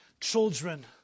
children